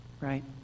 right